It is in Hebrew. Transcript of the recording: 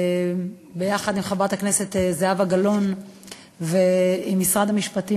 יחד עם חברת הכנסת זהבה גלאון ועם משרד המשפטים,